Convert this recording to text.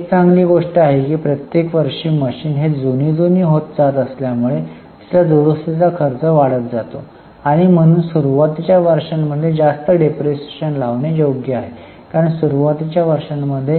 एक चांगली गोष्ट आहे की प्रत्येक वर्षी मशीन हे जुनी जुनी होत जात असल्यामुळे तिचा दुरुस्तीचा खर्च वाढत जातो आणि म्हणून सुरुवातीच्या वर्षांमध्ये जास्त डिप्रीशीएशन लावणे हे योग्य आहे कारण सुरुवातीच्या वर्षांमध्ये